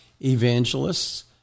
evangelists